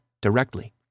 directly